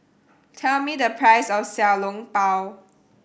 tell me the price of Xiao Long Bao